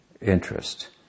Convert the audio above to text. interest